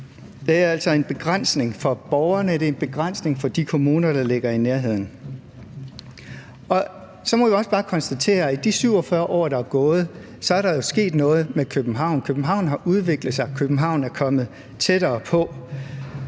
det er en begrænsning for de kommuner, der ligger i nærheden. Så må vi også bare konstatere, at i de 47 år, der er gået, er der jo sket noget med København. København har udviklet sig, København er kommet tættere på.